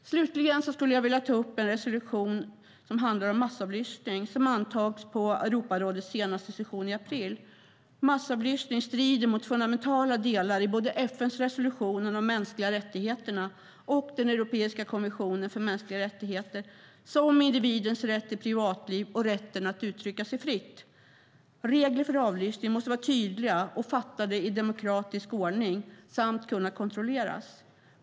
Slutligen skulle jag vilja ta upp en resolution om massavlyssning som antogs på Europarådets senaste session i april. Massavlyssning strider mot fundamentala delar i både FN:s resolution om de mänskliga rättigheterna och den europeiska konventionen för mänskliga rättigheter, som individens rätt till privatliv och rätten att uttrycka sig fritt. Regler för avlyssning måste vara tydliga och fattade i demokratisk ordning samt kunna kontrolleras.